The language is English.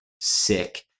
sick